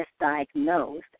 misdiagnosed